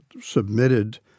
submitted